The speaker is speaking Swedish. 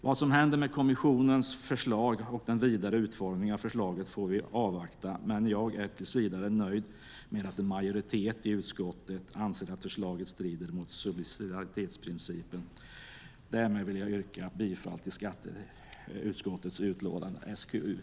Vad som händer med kommissionens förslag och den vidare utformningen av förslaget får vi avvakta, men jag är tills vidare nöjd med att en majoritet i utskottet anser att förslaget strider mot subsidiaritetsprincipen. Därmed vill jag yrka bifall till förslaget i skatteutskottets utlåtande SkU33.